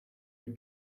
you